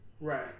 Right